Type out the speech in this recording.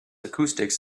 acoustics